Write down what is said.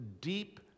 deep